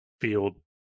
field